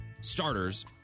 starters